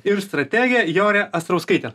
ir strategė jorė astrauskaitė